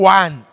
one